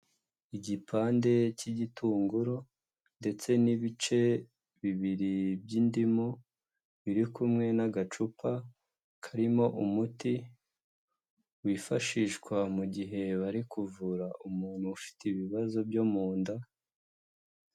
Igipande cy'igitunguru ndetse n'ibice bibiri by'indimu, biri kumwe n'agacupa karimo umuti wifashishwa mu gihe bari kuvura umuntu ufite ibibazo byo mu nda.